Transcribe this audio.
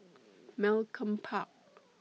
Malcolm Park